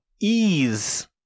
ease